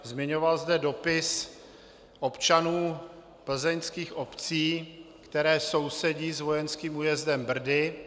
Zmiňoval zde dopis občanů plzeňských obcí, které sousedí s vojenským újezdem Brdy.